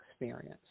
experience